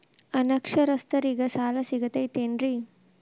ಅನಕ್ಷರಸ್ಥರಿಗ ಸಾಲ ಸಿಗತೈತೇನ್ರಿ?